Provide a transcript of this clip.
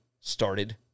started